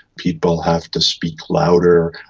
people have to speak louder,